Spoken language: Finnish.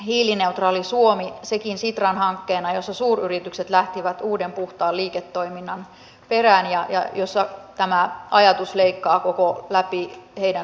hiilineutraali suomi sekin sitran hankkeena jossa suuryritykset lähtivät uuden puhtaan liiketoiminnan perään jossa tämä ajatus leikkaa läpi koko heidän strategiansa